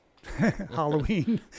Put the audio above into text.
Halloween